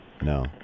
No